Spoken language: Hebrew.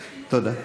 תודה.